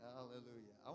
Hallelujah